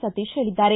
ಸತೀಶ ಹೇಳಿದ್ದಾರೆ